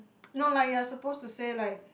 no lah you are supposed to say like